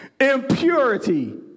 impurity